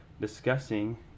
discussing